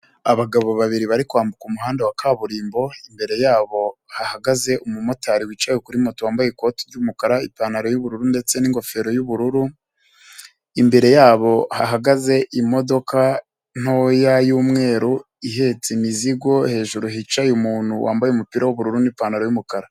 Abagabo babiri bari kwambuka umuhanda wa kaburimbo, imbere yabo hahagaze umumotari wicaye kuri moto wambaye ikoti ry'umukara, ipantaro y'ubururu ndetse n'ingofero y'ubururu, imbere yabo hahagaze imodoka ntoya y'umweru ihetse imizigo, hejuru hicaye umuntu wambaye umupira w'ubururu n'ipantaro y'umukara.